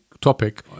topic